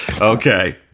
Okay